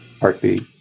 heartbeat